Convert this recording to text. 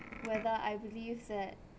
whether I believe that